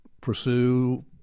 pursue